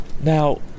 Now